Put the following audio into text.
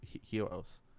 heroes